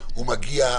הוא מגיע,